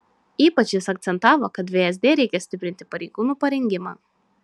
ypač jis akcentavo kad vsd reikia stiprinti pareigūnų parengimą